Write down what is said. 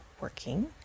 working